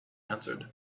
answered